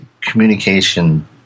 communication